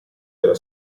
della